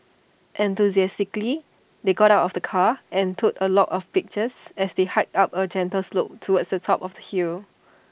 enthusiastically they got out of the car and took A lot of pictures as they hiked up A gentle slope towards the top of the hill